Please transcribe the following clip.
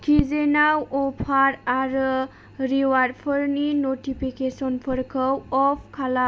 अकिजेनाव अफार आरो रिवार्डफोरनि नटिफिकेसनफोरखौ अफ खालाम